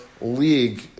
league